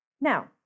Now